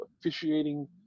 officiating